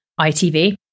ITV